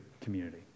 community